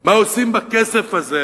מה עושים בכסף הזה,